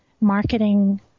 marketing